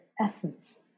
essence